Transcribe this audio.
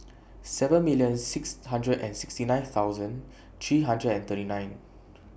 seven million six hundred and sixty nine thousand three hundred and thirty nine